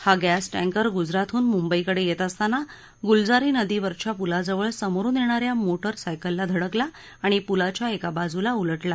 हा gas tanker गुजरातहून मुंबईकडे येत असताना गुलजारी नदीवरच्या पुलाजवळ समोरून येणाऱ्या मोटर सायकलला धडकला आणि पुलाच्या एका बाजूला उलटला